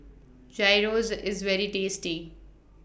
Gyros IS very tasty